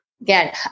again